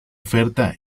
oferta